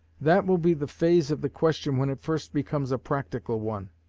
that will be the phase of the question when it first becomes a practical one.